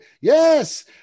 yes